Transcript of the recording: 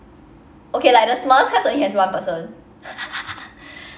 okay like the smallest class only has one person